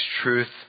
truth